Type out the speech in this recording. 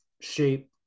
shape